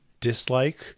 dislike